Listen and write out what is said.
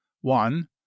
One